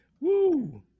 Woo